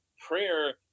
prayer